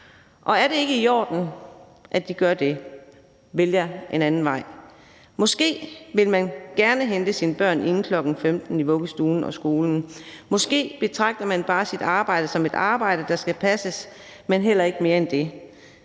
Og er det ikke i orden, at de gør det – vælger en anden vej? Måske vil man gerne hente sine børn inden kl. 15.00 i vuggestuen og skolen. Måske betragter man bare sit arbejde som et arbejde, der skal passes, men heller ikke mere end det